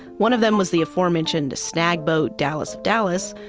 one of them was the aforementioned snag boat dallas of dallas,